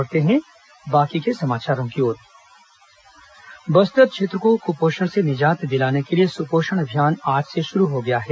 बस्तर सुपोषण अभियान बस्तर क्षेत्र को कुपोषण से निजात दिलाने के लिए सुपोषण अभियान आज से शुरू हो गया है